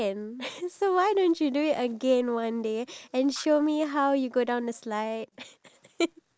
my type of fun is travelling the world because we are given this world to live in